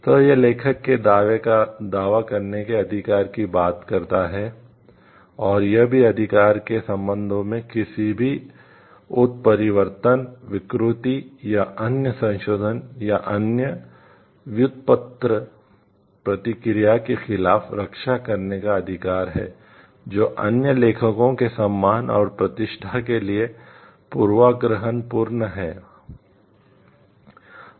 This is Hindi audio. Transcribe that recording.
तो यह लेखक के दावे का दावा करने के अधिकार की बात करता है और यह भी अधिकार के संबंध में किसी भी उत्परिवर्तन विकृति या अन्य संशोधन या अन्य व्युत्पन्न प्रतिक्रिया के खिलाफ रक्षा करने का अधिकार है जो अन्य लेखकों के सम्मान और प्रतिष्ठा के लिए पूर्वाग्रहपूर्ण होगा